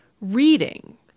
reading